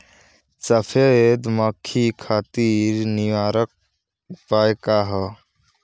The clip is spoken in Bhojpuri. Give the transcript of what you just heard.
सफेद मक्खी खातिर निवारक उपाय का ह?